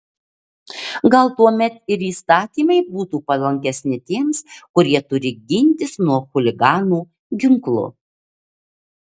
gal tuomet ir įstatymai būtų palankesni tiems kurie turi gintis nuo chuliganų ginklu